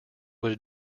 was